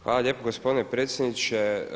Hvala lijepo gospodine predsjedniče.